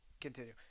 Continue